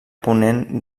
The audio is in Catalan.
ponent